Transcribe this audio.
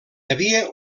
havia